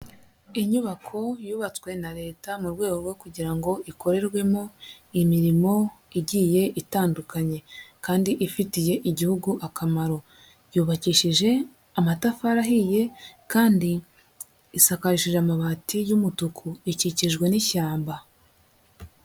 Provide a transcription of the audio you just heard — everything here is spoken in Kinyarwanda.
Inyubako yubatswe na Leta, mu rwego rwo kugira ngo ikorerwemo imirimo igiye itandukanye kandi ifitiye igihugu akamaro, yubakishije amatafari ahiye kandi isakaje amabati y'umutuku, ikikijwe n'ishyamba.